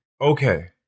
okay